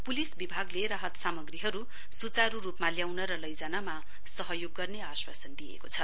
police विभागले राहत सामग्रीहरू सुचारू रूपमा ल्याउन र लैजानमा सहयोग गर्ने आश्वासन दिएको छ